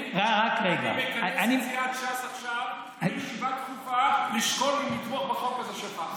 אני מכנס את סיעת ש"ס עכשיו לישיבה דחופה לשקול אם לתמוך בחוק הזה שלך.